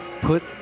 put